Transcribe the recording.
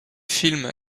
film